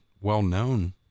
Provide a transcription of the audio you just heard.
well-known